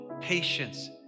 patience